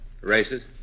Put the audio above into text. Races